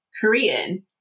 Korean